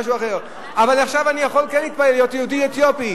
אבל עכשיו אני כן יכול להתפלל להיות יהודי אתיופי.